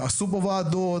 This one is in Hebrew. תעשו פה ועדות,